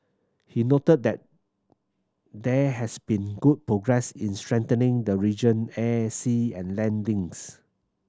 he noted that there has been good progress in strengthening the region air sea and land links